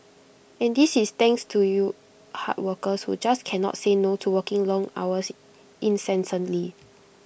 and this is thanks to you hard workers who just cannot say no to working long hours incessantly